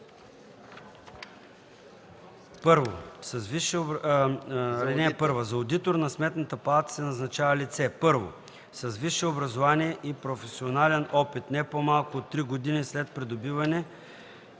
(1) За одитор на Сметната палата се назначава лице: 1. с висше образование и професионален опит не по-малко от три години, след придобиване